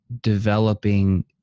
developing